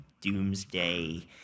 doomsday